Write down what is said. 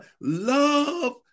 Love